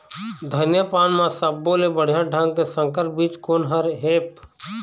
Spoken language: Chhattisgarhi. धनिया पान म सब्बो ले बढ़िया ढंग के संकर बीज कोन हर ऐप?